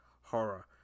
Horror